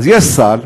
אז יש סל,